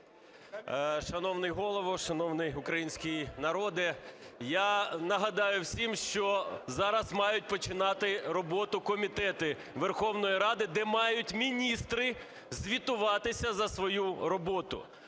Шановний Голово, шановний український народе, я нагадаю всім, що зараз мають починати роботу комітети Верховної Ради, де мають міністри звітуватися за свою роботу.